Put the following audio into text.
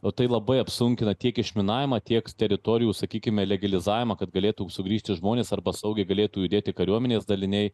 o tai labai apsunkina tiek išminavimą tiek teritorijų sakykime legalizavimą kad galėtų sugrįžti žmonės arba saugiai galėtų judėti kariuomenės daliniai